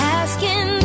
asking